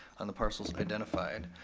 on the parcels identified.